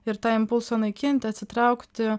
ir tą impulsą naikinti atsitraukti